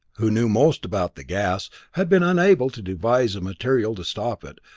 who knew most about the gas, had been unable to devise a material to stop it,